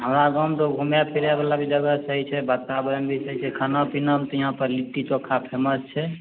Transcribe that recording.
हमरा गाममे तऽ घूमए फिरै बला भी जगह सही छै बातबरण भी सही छै खाना पीनामे तऽ यहाँ पर लिट्टी चोखा फेमस छै